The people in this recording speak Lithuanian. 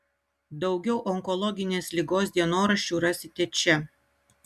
daugiau onkologinės ligos dienoraščių rasite čia